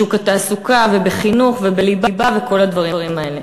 בשוק התעסוקה ובחינוך ובליבה וכל הדברים האלה.